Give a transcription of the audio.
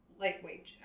lightweight